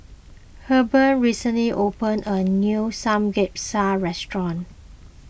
Hebert recently opened a new Samgeyopsal restaurant